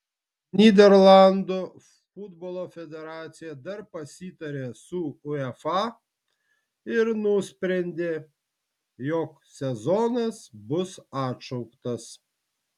nyderlandų futbolo federacija dar pasitarė su uefa ir nusprendė jog sezonas bus atšauktas